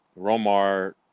Romar